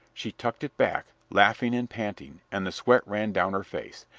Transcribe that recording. she tucked it back, laughing and panting, and the sweat ran down her face.